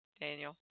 Daniel